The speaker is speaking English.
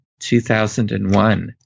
2001